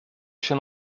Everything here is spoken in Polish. się